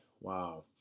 wow